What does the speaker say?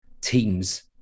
teams